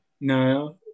no